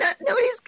nobody's